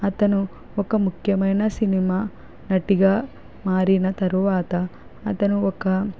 అతడు ఒక ముఖ్యమైన సినిమా నటిగా మారిన తరువాత అతను ఒక